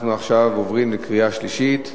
אנחנו עכשיו עוברים לקריאה שלישית.